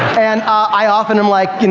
and i often am like,